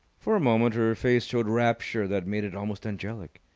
for a moment her face showed rapture that made it almost angelic.